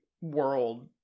world